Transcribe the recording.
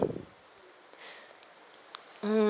mm